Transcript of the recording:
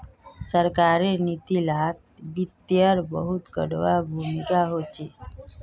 सरकारेर नीती लात वित्तेर बहुत बडका भूमीका होचे